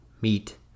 meet